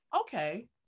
okay